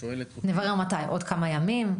נברר מתי, עוד כמה ימים?